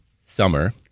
Summer